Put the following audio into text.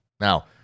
Now